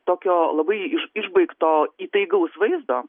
tokio labai iš išbaigto įtaigaus vaizdo